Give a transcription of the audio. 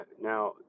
now